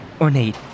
ornate